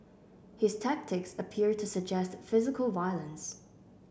his tactics appear to suggest physical violence